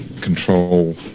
control